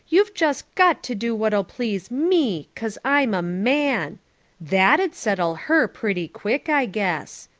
you've just got to do what'll please me cause i'm a man that'd settle her pretty quick i guess.